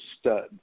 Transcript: stud